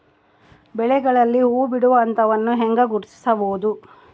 ಬೆಳೆಗಳಲ್ಲಿ ಹೂಬಿಡುವ ಹಂತವನ್ನು ಹೆಂಗ ಗುರ್ತಿಸಬೊದು?